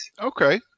Okay